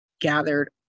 gathered